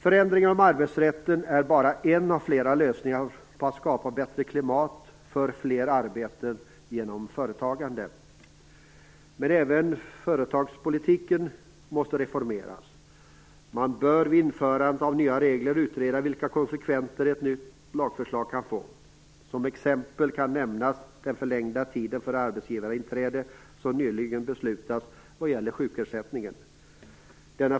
Förändringar av arbetsrätten är bara en av flera lösningar för att skapa ett bättre klimat för fler arbeten genom företagande. Även företagspolitiken måste reformeras. Man bör vid införandet av nya regler utreda vilka konsekvenser ett nytt förslag kan få. Som exempel kan nämnas den förlängda tiden för arbetsgivarinträde som nyligen beslutats när det gäller sjukersättningen.